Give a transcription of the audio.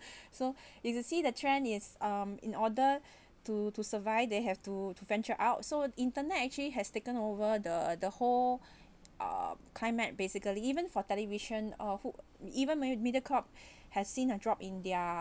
so is you see the trend is um in order to to survive they have to to venture out so internet actually has taken over the the whole uh climate basically even for television or who even me~ mediacorp has seen a drop in their